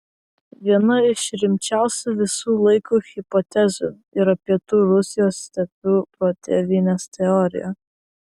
viena iš rimčiausių visų laikų hipotezių yra pietų rusijos stepių protėvynės teorija